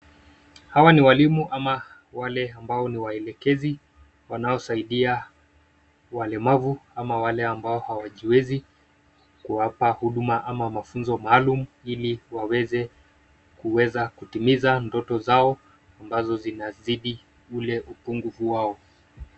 Hawa ni walimu ama wale ambao ni waelekezi wanaosaidia walemavu ama wale ambao hawajiwezi kuwapa huduma ama mafunzo maalum ili waweze kuweza kutumiza ndoto zao ambazo zinazidi ule upungufu wao.